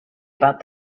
about